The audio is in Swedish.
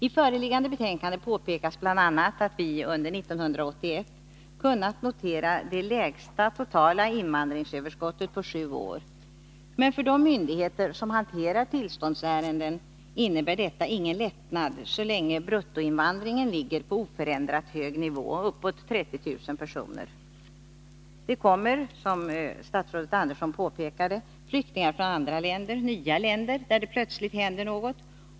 I föreliggande betänkande påpekas bl.a. att vi under 1981 har kunnat notera den lägsta totala invandringsöverskottet på sju år. Men för de myndigheter som hanterar tillståndsärendena innebär detta ingen lättnad, så länge bruttoinvandringen ligger på oförändrat hög nivå — uppåt 30 000 personer. Det kommer, som statsrådet Andersson påpekade, flyktingar från nya länder, där det plötsligt händer något.